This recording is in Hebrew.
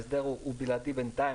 ההסדר הוא בלעדי לאל-על,